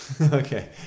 Okay